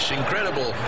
incredible